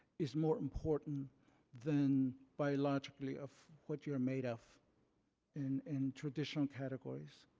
is more important than biologically of what you're made of and and traditional categories,